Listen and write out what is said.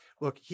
look